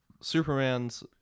Superman's